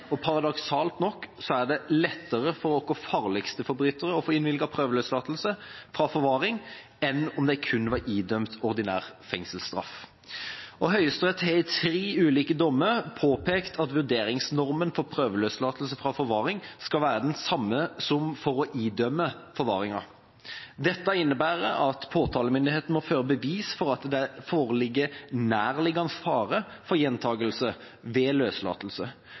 kun var idømt ordinær fengselsstraff. Høyesterett har i tre ulike dommer påpekt at vurderingsnormen for prøveløslatelse fra forvaring skal være den samme som for å idømme forvaringa. Dette innebærer at påtalemyndigheten må føre bevis for at det foreligger nærliggende fare for gjentakelse ved løslatelse,